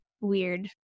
weird